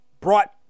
brought